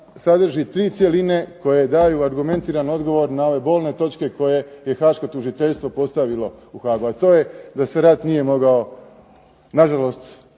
sadrži tri cjeline koje daju argumentiran odgovor na ove bolne točke koje je haaško tužiteljstvo postavilo u Haagu a to je da se rat nije mogao na žalost